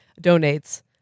donates